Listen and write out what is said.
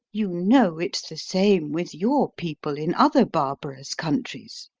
you know it's the same with your people in other barbarous countries.